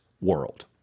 world